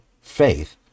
faith